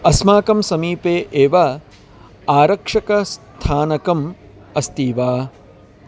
अस्माकं समीपे एव आरक्षकस्थानकम् अस्ति वा